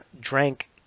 drank